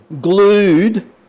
glued